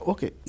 Okay